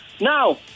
Now